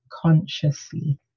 consciously